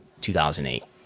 2008